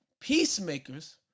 peacemakers